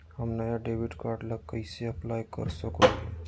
हम नया debit card ला कइसे अप्लाई कर सको हियै?